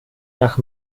nach